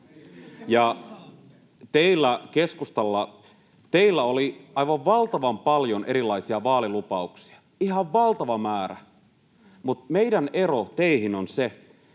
Teillä keskustalla oli aivan valtavan paljon erilaisia vaalilupauksia, ihan valtava määrä, mutta meidän ero teihin on se,